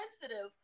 sensitive